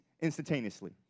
instantaneously